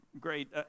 great